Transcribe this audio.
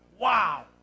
Wow